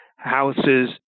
houses